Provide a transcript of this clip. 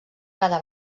cada